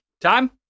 Time